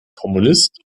kommunist